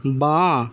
বাঁ